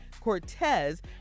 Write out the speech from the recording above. Cortez